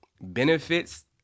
benefits